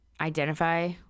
identify